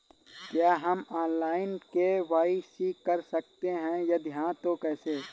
क्या हम online KYC कर सकते हैं यदि हाँ तो कैसे?